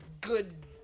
good